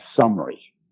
summary